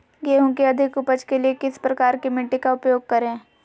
गेंहू की अधिक उपज के लिए किस प्रकार की मिट्टी का उपयोग करे?